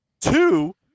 Two